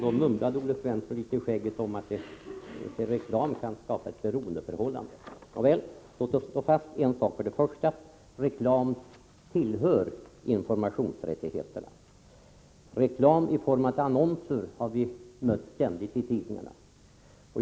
Då mumlade Olle Svensson något i skägget om att reklam kan skapa ett beroendeförhållande. Nåväl: Låt oss då slå fast att reklam tillhör informationsrättigheterna. Reklam i form av annonser har vi ständigt mött i tidningarna.